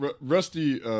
Rusty